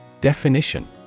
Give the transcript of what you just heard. Definition